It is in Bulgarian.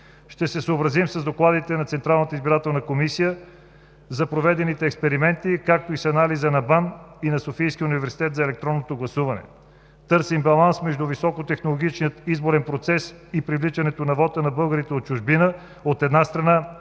на Централната избирателна комисия за проведените експерименти, както и с анализа на БАН и на Софийския университет за електронното гласуване. Търсим баланс между високотехнологичния изборен процес и привличането на вота на българите от чужбина, от една страна,